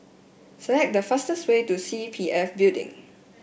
select the fastest way to C P F Building